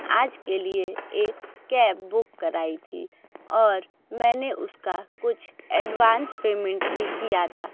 आज के लिए एक कैब बुक कराई थी और मैंने उसका कुछ एडवांस पेमेंट भी किया था